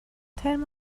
ترم